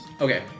okay